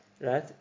right